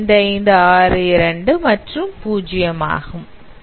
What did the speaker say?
5562 மற்றும் 0 ஆகும்